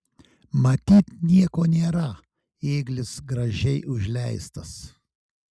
matyt nieko nėra ėglis gražiai užleistas